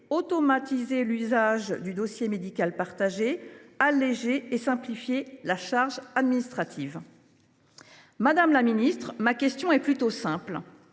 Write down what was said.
automatiser l’usage du dossier médical partagé (DMP), alléger et simplifier la charge administrative. Madame la ministre, ma question est plutôt simple